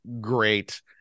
great